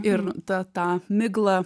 ir tą tą miglą